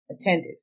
attended